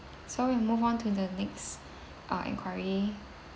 so we move on to the next ah enquiry